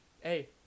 Hey